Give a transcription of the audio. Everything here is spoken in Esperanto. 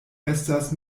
estas